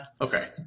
Okay